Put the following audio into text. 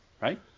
right